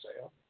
sale